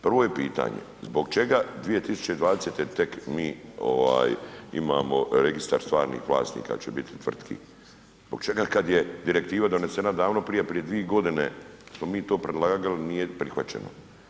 Prvo je pitanje zbog čega 2020. tek mi imamo registar stvarnih vlasnika će biti tvrtki, zbog čega kad je direktiva donesena davno prije, prije 2 g. smo mi to predlagali ali nije prihvaćeno?